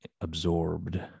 absorbed